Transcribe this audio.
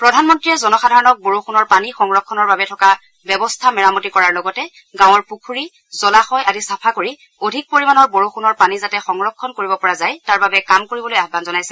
প্ৰধানমন্ত্ৰীয়ে জনসাধাৰণক বৰযুণৰ পানী সংৰক্ষণৰ বাবে থকা ব্যৱস্থা মেৰামতি কৰাৰ লগতে গাঁৱৰ পুখুৰী জলাশয় আদি চাফা কৰি অধিক পৰিমাণৰ বৰষুণৰ পানী যাতে সংৰক্ষণ কৰিব পৰা যায় তাৰ বাবে কাম কৰিবলৈ আহ্বান জনাইছে